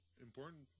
important